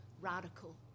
radical